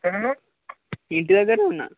ఎక్కడ ఉన్నావు ఇంటి దగ్గర ఉన్నాను